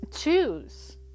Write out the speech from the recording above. choose